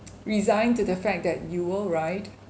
resigned to the fact that you will ride